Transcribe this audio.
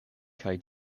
kaj